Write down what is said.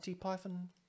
Python